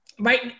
right